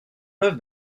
œuvre